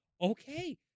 Okay